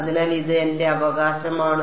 അതിനാൽ ഇത് എന്റെ അവകാശമാണ്